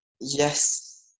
yes